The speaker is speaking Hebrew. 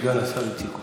סגן השר איציק כהן.